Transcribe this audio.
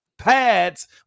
pads